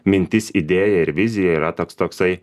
mintis idėja ir vizija yra toks toksai